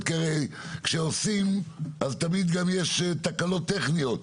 כשעושים אז תמיד גם יש תקלות טכניות.